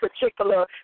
particular